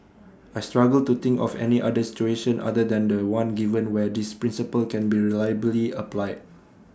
I struggle to think of any other situation other than The One given where this principle can be reliably applied